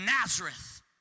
Nazareth